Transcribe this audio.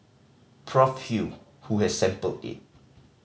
Prof Hew who has sampled it